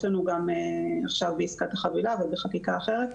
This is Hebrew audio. לנו גם עכשיו בעסקת החבילה אבל בחקיקה אחרת.